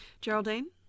Geraldine